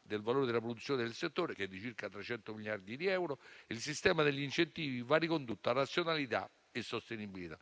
del valore della produzione del settore, che è di circa 300 miliardi di euro, il sistema degli incentivi va ricondotto a razionalità e sostenibilità.